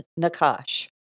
Nakash